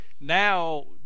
now